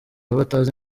batazi